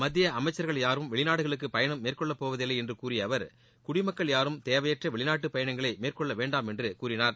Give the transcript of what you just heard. மத்திய அமைச்சர்கள் யாரும் வெளிநாடுகளுக்கு பயணம் மேற்கொள்ளப்போவதில்லை என்று கூறிய அவர் குடிமக்கள் யாரும் தேவையற்ற வெளிநாட்டு பயணங்களை மேற்கொள்ள வேண்டாம் என்று கூறினார்